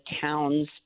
towns